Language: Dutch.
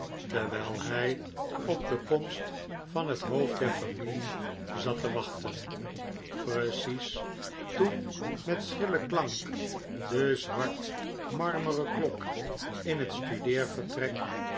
terwijl hij op de komst van het hoofd der familie zat te wachten precies toen met schrillen klank de zwartmarmeren klok in het